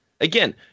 again